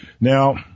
Now